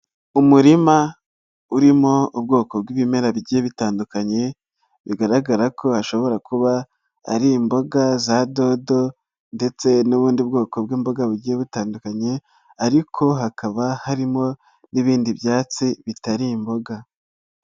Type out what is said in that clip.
Umurima urimo ubwoko bw'ibimera bigiye bitandukanye, bigaragara ko hashobora kuba ari imboga za dodo ndetse n'ubundi bwoko bw'imboga bugiye butandukanye, ariko hakaba harimo n'ibindi byatsi bitari imboga.